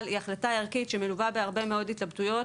היא החלטה ערכית שמלווה בהרבה מאוד התלבטויות,